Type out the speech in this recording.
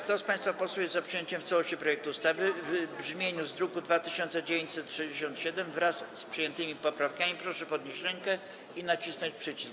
Kto z państwa posłów jest za przyjęciem w całości projektu ustawy w brzmieniu z druku nr 2967, wraz z przyjętymi poprawkami, proszę podnieść rękę i nacisnąć przycisk.